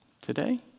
today